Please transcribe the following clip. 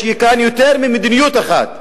יש כאן יותר ממדיניות אחת.